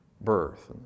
birth